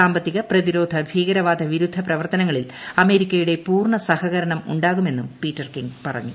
സാമ്പത്തിക പ്രതിരോധ ഭീകരവാദ വിരുദ്ധ പ്രവർത്തനങ്ങളിൽ അമേരിക്കയുടെ പൂർണ്ണ സഹകരണം ഉണ്ടാകുമെന്നും പീറ്റർ കിംഗ് പറഞ്ഞു